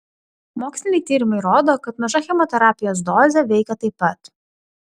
moksliniai tyrimai rodo kad maža chemoterapijos dozė veikia taip pat